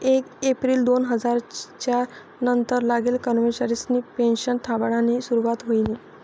येक येप्रिल दोन हजार च्यार नंतर लागेल कर्मचारिसनी पेनशन थांबाडानी सुरुवात व्हयनी